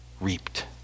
reaped